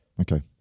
Okay